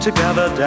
Together